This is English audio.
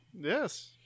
yes